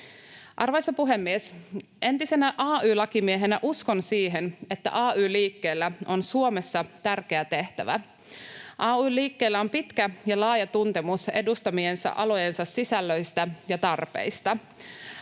Arvoisa puhemies! Entisenä ay-lakimiehenä uskon siihen, että ay-liikkeellä on Suomessa tärkeä tehtävä. Ay-liikkeellä on pitkä ja laaja tuntemus edustamiensa alojen sisällöistä ja tarpeista.